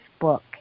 book